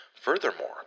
Furthermore